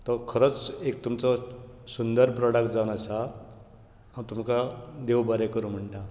तो खरोच एक तुमचो सुंदर प्रॉडक्ट जावन आसा हांव तुमकां देव बरें करूं म्हणटा